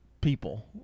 people